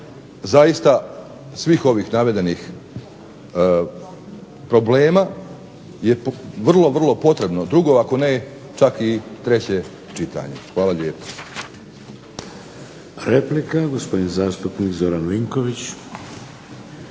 zaista svih ovih navedenih problema je vrlo, vrlo potrebno. Drugo, ako ne čak i treće čitanje. Hvala lijepa.